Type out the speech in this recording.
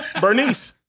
Bernice